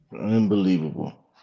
Unbelievable